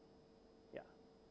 ya